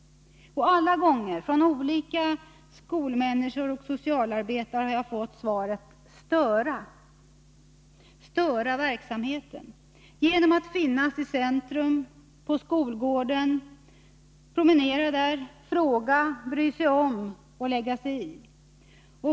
Och alla gånger har jag fått svaret: Störa verksamheten — genom att finnas i centrum och på skolgården, promenera där, fråga, bry sig om och lägga sig i.